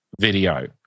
video